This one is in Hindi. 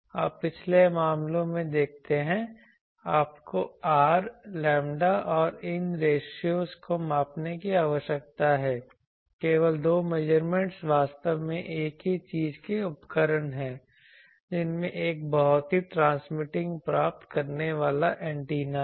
आप पिछले मामलों में देखते हैं आपको R लैम्ब्डा और इन रेशों को मापने की आवश्यकता है केवल दो मेजरमेंटस वास्तव में एक ही चीज के उपकरण हैं जिनमें एक बहुत ही ट्रांसमिटिंग प्राप्त करने वाला एंटीना है